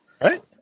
Right